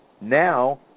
Now